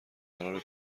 قرار